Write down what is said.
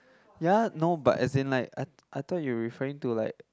ya no but as in like I I thought you referring to like